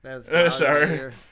Sorry